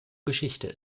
geschichte